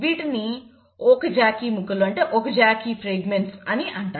వీటిని ఒకజాకి ముక్కలు అని అంటారు